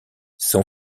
son